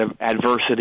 adversity